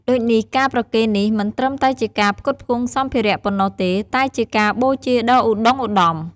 ដូចនេះការប្រគេននេះមិនត្រឹមតែជាការផ្គត់ផ្គង់សម្ភារៈប៉ុណ្ណោះទេ តែជាការបូជាដ៏ឧត្តុង្គឧត្តម។